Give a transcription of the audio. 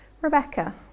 Rebecca